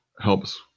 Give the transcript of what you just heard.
helps